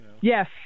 Yes